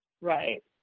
right